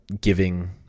giving